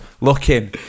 looking